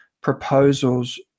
proposals